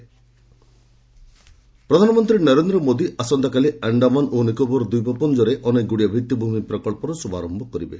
PM Andaman Nicobar ପ୍ରଧାନମନ୍ତ୍ରୀ ନରେନ୍ଦ୍ର ମୋଦି ଆସନ୍ତାକାଲି ଆଣ୍ଡାମାନ ଓ ନିକୋବର ଦ୍ୱୀପପୁଞ୍ଜରେ ଅନେକଗୁଡ଼ିଏ ଭିଭିଭୂମି ପ୍ରକଳ୍ପର ଶୁଭାରମ୍ଭ କରିବେ